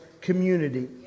community